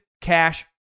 Cash